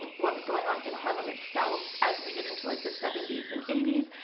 what was going on in harlem itself as we get into like the seventy s and eighty s,